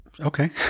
Okay